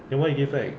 then why you give back